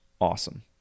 awesome